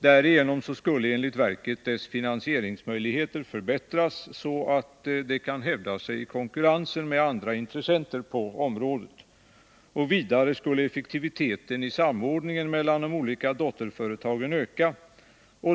Därigenom skulle enligt verket dess finansieringsmöjligheter förbättras så att det kan hävda sig i konkurrensen med andra intressenter på området. Vidare skulle effektiviteten i samordningen mellan de olika dotterföretagen öka.